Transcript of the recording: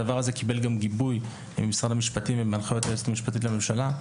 הדבר הזה גם קיבל גיבוי ממשרד המשפטים ומהנחיות היועצת המשפטית לממשלה.